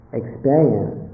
experience